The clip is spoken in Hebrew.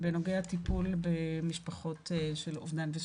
בנוגע לטיפול במשפחות של אובדן ושכול.